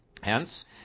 Hence